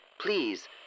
please